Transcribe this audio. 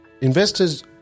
investors